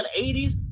80s